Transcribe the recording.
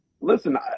listen